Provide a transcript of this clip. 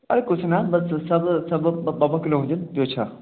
अरे कुझु न बसि सभु सभु ॿ ॿ किलो हुजनि ॿियो छा